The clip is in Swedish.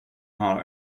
har